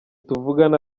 tuvugana